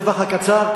בטווח הקצר,